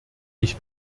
ich